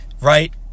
right